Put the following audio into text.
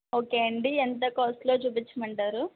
okay అండి ఎంత కాస్ట్లో చూపిచ్చమంటారు